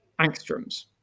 angstroms